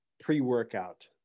pre-workout